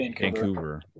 Vancouver